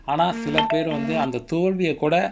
ஆனா சில பேர் வந்து தோல்வியை கூட:anaa sila per vanthu tholviyai kooda